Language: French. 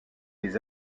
les